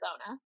Arizona